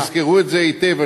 תזכרו את זה היטב,